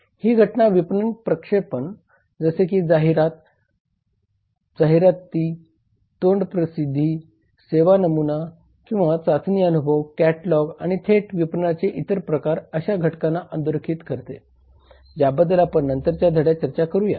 ही घटना विपणन संप्रेषण जसे की जाहिरात जाहिरात तोंडी प्रसिद्धी सेवा नमुना किंवा चाचणी अनुभव कॅटलॉग आणि थेट विपणनाचे इतर प्रकार अशा घटकांना अधोरेखित करते ज्याबद्दल आपण नंतरच्या धड्यात चर्चा करूया